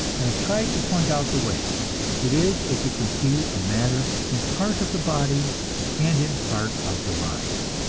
i have tried to point out the way it is, as you can see, a matter in part of the body and in part of the mind.